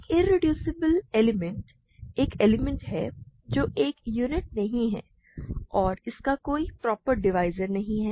एक irreducible element एक element है जो एक यूनिट नहीं है और इसका कोई प्रॉपर डिवाइज़र नहीं है